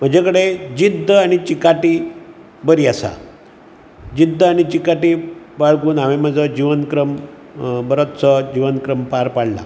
म्हजे कडेन जिद्द आनी चिकाटी बरी आसा जिद्द आनी चिकाटी बाळगून हांवेन म्हजो जिवनक्रम बरोचसो जिवनक्रम पार पाडला